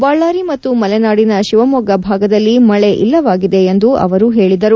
ಬಳ್ಳಾರಿ ಮತ್ತು ಮಲೆನಾಡಿನ ಶಿವಮೊಗ್ಗ ಭಾಗದಲ್ಲಿ ಮಳೆ ಇಲ್ಲವಾಗಿದೆ ಎಂದು ಅವರು ಹೇಳಿದರು